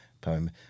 poem